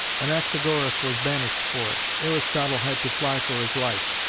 anaxagoras was banished for it, aristotle had to fly for his life,